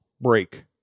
break